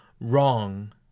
wrong